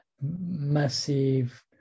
massive